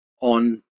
on